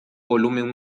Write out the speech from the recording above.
volumen